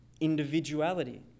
individuality